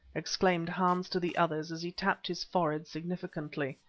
exclaimed hans to the others as he tapped his forehead significantly.